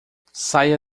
saia